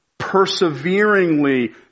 perseveringly